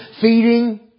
feeding